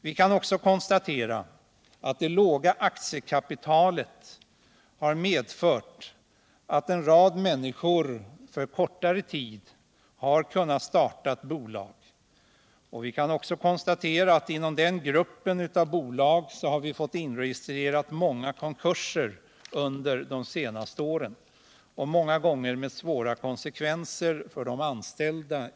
Vi kan också konstatera att det låga aktiekapitalet har medfört att en rad människor för kortare tid har kunnat starta bolag. Under de senaste åren har vi fått inregistrera många konkurser inom den gruppen av bolag, ofta med svåra konsekvenser för de anställda.